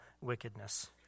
wickedness